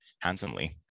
handsomely